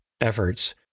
efforts